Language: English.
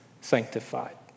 sanctified